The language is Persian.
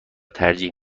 ترجیح